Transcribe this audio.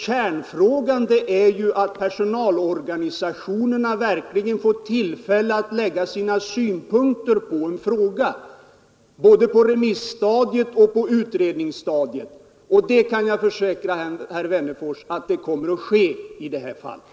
Kärnfrågan är att personalorganisationerna verkligen får tillfälle att framlägga sina synpunkter, både på remisstadiet och på utredningsstadiet. Jag kan försäkra herr Wennerfors att så kommer att ske i det här fallet.